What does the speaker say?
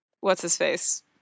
what's-his-face